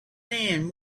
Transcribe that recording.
man